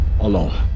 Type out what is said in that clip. alone